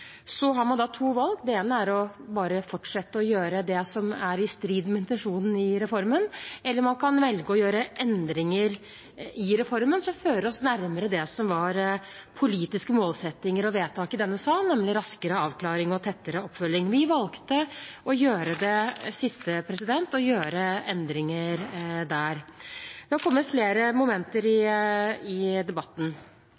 har man to valg. Det ene er bare å fortsette å gjøre det som er i strid med intensjonen i reformen, eller man kan velge å gjøre endringer i reformen som fører oss nærmere det som var politiske målsettinger og vedtak i denne sal, nemlig raskere avklaring og tettere oppfølging. Vi valgte å gjøre det siste, å gjøre endringer der. Det har kommet flere momenter i